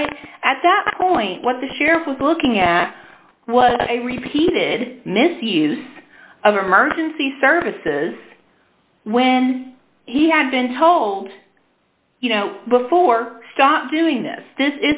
right at that point what the sheriff was looking at was a repeated misuse of emergency services when he had been told you know before stop doing this this